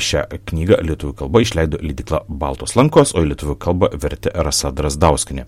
šią knygą lietuvių kalba išleido leidykla baltos lankos o į lietuvių kalbą vertė rasa drazdauskienė